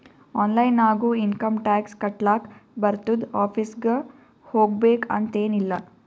online ನಾಗು income tax ಕಟ್ಲಾಕ್ ಬರ್ತುದ್ ಆಫೀಸ್ಗ ಹೋಗ್ಬೇಕ್ ಅಂತ್ ಎನ್ ಇಲ್ಲ